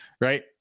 right